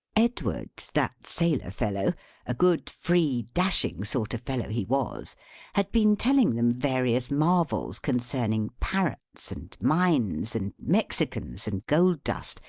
edward, that sailor-fellow a good free dashing sort of fellow he was had been telling them various marvels concerning parrots, and mines, and mexicans, and gold dust,